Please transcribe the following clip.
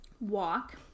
walk